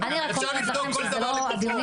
אפשר לבדוק כל דבר לגופו,